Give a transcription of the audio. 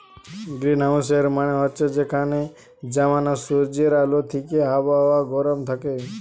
গ্রীনহাউসের মানে হচ্ছে যেখানে জমানা সূর্যের আলো থিকে আবহাওয়া গরম থাকে